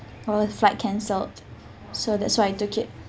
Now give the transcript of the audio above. or the flight cancelled so that's why I took it